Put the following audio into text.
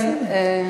אל תגיד, אל תגיד.